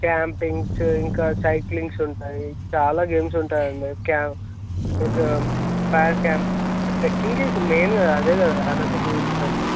campings ఇంకా cyclings ఉంటాయి చాలా గేమ్స్ ఉంటాయి అండి per camp trekking is main అదే కదా అనంతగిరి హిల్స్ అంటే